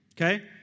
okay